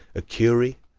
a curie,